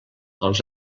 els